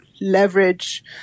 leverage